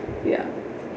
ya